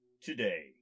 today